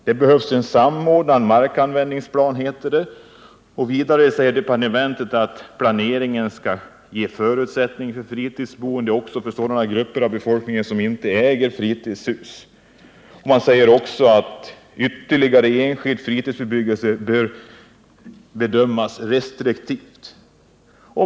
Det behövs en samordnad markanvändningsplan, heter det, och vidare säger departementet att planeringen bl.a. skall ge förutsättningar för fritidsboende också för sådana grupper av befolkningen som inte äger fritidshus samt att ytterligare enskild fritidsbebyggelse bör bedömas restriktivt.